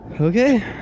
Okay